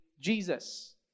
Jesus